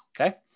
okay